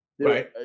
Right